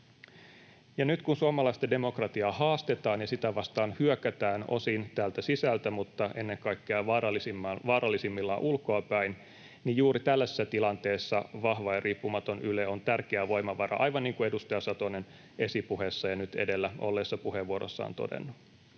nyt kun suomalaista demokratiaa haastetaan ja sitä vastaan hyökätään osin täältä sisältä mutta ennen kaikkea vaarallisimmillaan ulkoa päin, niin juuri tällaisessa tilanteessa vahva ja riippumaton Yle on tärkeä voimavara, aivan niin kuin edustaja Satonen on esipuheessaan ja nyt edellä olleessa puheenvuorossaan todennut.